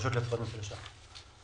הרשות לזכויות ניצולי השואה.